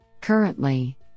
Currently